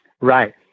Right